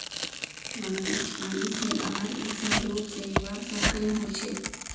मगरमच्छ पानी से बाहर वोसे धुप सेकवार शौक़ीन होचे